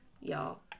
Y'all